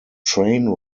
train